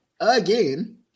again